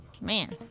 Man